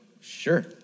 sure